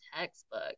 textbook